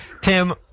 Tim –